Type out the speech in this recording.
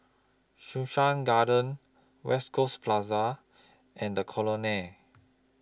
Sussex Garden West Coast Plaza and The Colonnade